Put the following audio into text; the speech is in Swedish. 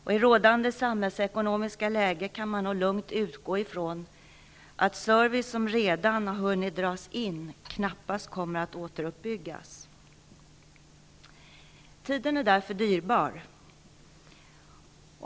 I rådande samhällsekonomiska läge kan man lugnt utgå från att service som redan har dragits in knappast kommer att återuppbyggas. Tiden är därför dyrbar.